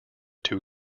two